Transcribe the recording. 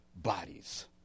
bodies